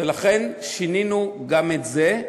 ולכן שינינו גם את זה,